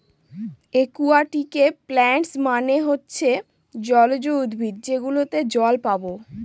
একুয়াটিকে প্লান্টস মানে হচ্ছে জলজ উদ্ভিদ যেগুলোতে জল পাবো